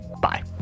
Bye